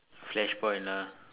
flash point lah